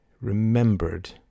remembered